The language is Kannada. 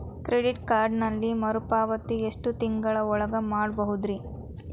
ಕ್ರೆಡಿಟ್ ಕಾರ್ಡಿನಲ್ಲಿ ಮರುಪಾವತಿ ಎಷ್ಟು ತಿಂಗಳ ಒಳಗ ಮಾಡಬಹುದ್ರಿ?